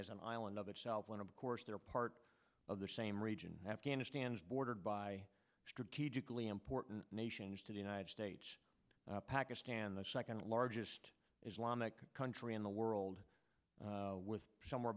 as an island of itself when of course they're part of the same region afghanistan's bordered by strategically important nations to the united states pakistan the second largest islamic country in the world with somewhere